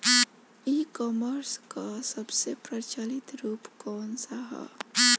ई कॉमर्स क सबसे प्रचलित रूप कवन सा ह?